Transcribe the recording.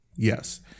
Yes